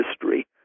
history